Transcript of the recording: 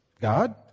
god